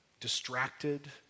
Distracted